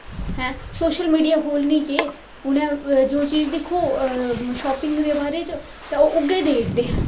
हैं social media खोह्लनी केह् उनै जो चीज दिक्खो शापिंग दे बारे च तां ओह् उऐ देई ओड़दे